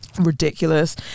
ridiculous